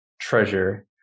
treasure